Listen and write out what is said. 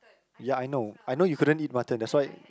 ya I know I know you couldn't eat mutton that's why